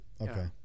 okay